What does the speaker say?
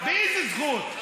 באיזו זכות?